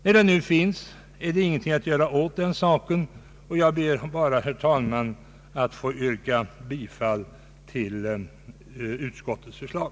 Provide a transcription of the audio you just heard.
Men det är nu ingenting att göra åt den saken, och jag ber, herr talman, att få yrka bifall till utskottets förslag.